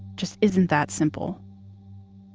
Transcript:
just isn't that simple